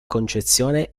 concezione